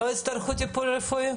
לא הצטרכו טיפול רפואי?